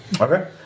Okay